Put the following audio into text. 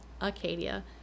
Acadia